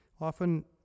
Often